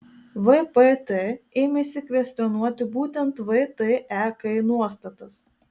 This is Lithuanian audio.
vpt ėmėsi kvestionuoti būtent vtek nuostatas